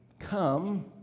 Come